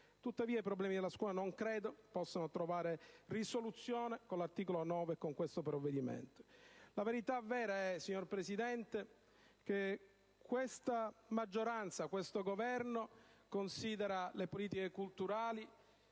Tuttavia, i problemi della scuola non credo possano trovare risoluzione con l'articolo 9 e con questo provvedimento. La verità vera, signor Presidente, è che questa maggioranza e l'attuale Governo considerano le politiche culturali,